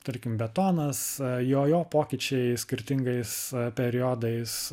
tarkim betonas jo jo pokyčiai skirtingais periodais